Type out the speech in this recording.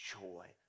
joy